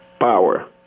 power